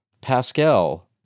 Pascal